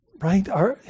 Right